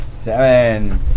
Seven